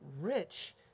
rich